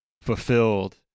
fulfilled